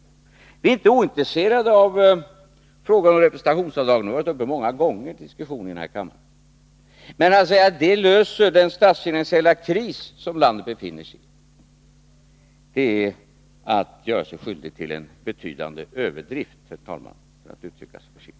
Vi är inte ointresserade av frågan om representationsavdragen — den har varit uppe många gånger till diskussion här i kammaren — men att säga att ett slopande av dem löser den statsfinansiella kris landet befinner sig är att göra sig skyldig till en betydande överdrift, för att uttrycka sig försiktigt.